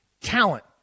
talent